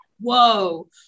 whoa